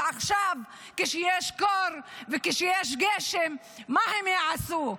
אבל עכשיו, כשיש קור וכשיש גשם, מה הם יעשו?